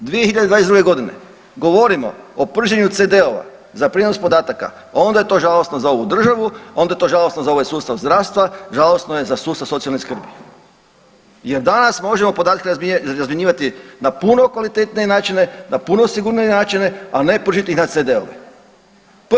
I ako mi 2022. godine govorimo o prženju CD-ova za prijenos podataka onda je to žalosno za ovu državu, onda je to žalosno za ovaj sustav zdravstva, žalosno je sustav socijalne skrbi jer danas možemo podatke razmjenjivati na puno kvalitetnije načine, na puno sigurnije načine, a ne pržiti ih na CD-u.